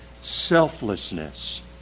selflessness